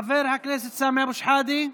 חבר הכנסת סמי אבו שחאדה,